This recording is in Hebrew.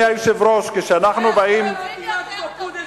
אתה מדבר יותר טוב משטייניץ,